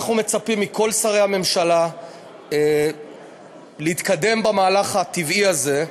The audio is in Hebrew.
אנחנו מצפים מכל שרי הממשלה להתקדם במהלך הטבעי הזה.